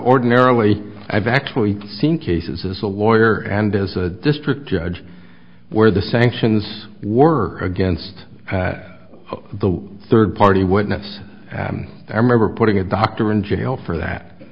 ordinarily i've actually seen cases as a lawyer and as a district judge where the sanctions were against the third party witness i remember putting a doctor in jail for that